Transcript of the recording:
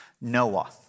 Noah